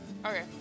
Okay